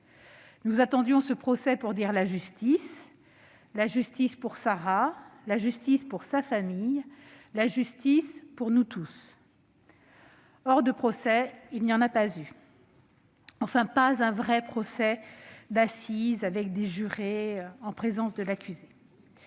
Nous attendions ce procès pour dire la justice : la justice pour Sarah, la justice pour sa famille, la justice pour nous tous. Or, de procès, il n'y a pas eu ; enfin, pas un vrai procès d'assises avec des jurés, en présence de l'accusé.